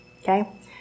Okay